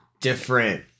different